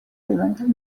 event